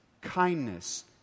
kindness